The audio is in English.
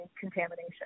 contamination